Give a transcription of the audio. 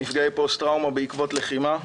פוסט-טראומה בעקבות לחימה.